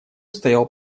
стоял